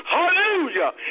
Hallelujah